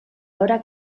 ahora